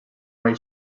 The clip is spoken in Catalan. mai